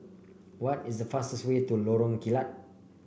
what is the fastest way to Lorong Kilat